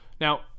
Now